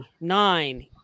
nine